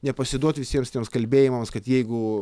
nepasiduoti visiems tiems kalbėjimas kad jeigu